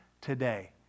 today